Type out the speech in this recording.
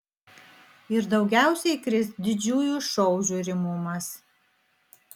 ir daugiausiai kris didžiųjų šou žiūrimumas